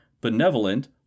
benevolent